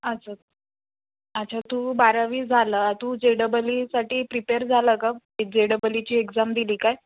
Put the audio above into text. आच अच्छा तू बारावी झालं तू जे डबल ईसाठी प्रिपेअर झाला का जे डबल ईची एक्झाम दिली काय